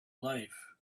life